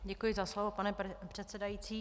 Děkuji za slovo, pane předsedající.